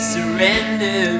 Surrender